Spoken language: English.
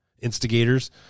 instigators